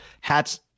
Hats